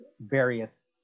various